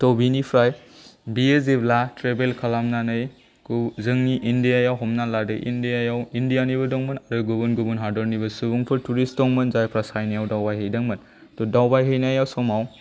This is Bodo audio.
थ' बिनिफ्राय बियो जेब्ला ट्रेभेल खालामनानै जोंनि इन्डियायाव हमना लादो इन्डियायाव इन्डियानिबो दंमोन आरो गुबुन गुबुन हादोरनिबो सुबुंफोर टुरिस्ट दंमोन जायफोरा चायनायाव दावबाय हैदोंमोन ट' दावबायहैनाय समाव